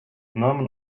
norman